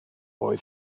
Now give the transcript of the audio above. boy